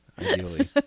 ideally